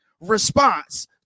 response